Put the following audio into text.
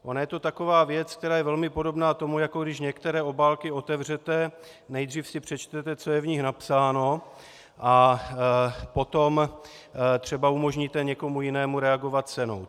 Ona je to taková věc, která je velmi podobná tomu, jako když některé obálky otevřete, nejdřív si přečtete, co je v nich napsáno, a potom třeba umožníte někomu jinému reagovat cenou.